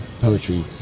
poetry